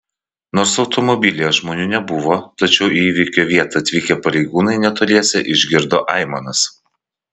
nors automobilyje žmonių nebuvo tačiau į įvykio vietą atvykę pareigūnai netoliese išgirdo aimanas